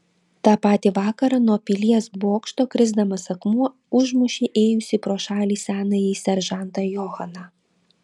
tą patį vakarą nuo pilies bokšto krisdamas akmuo užmušė ėjusį pro šalį senąjį seržantą johaną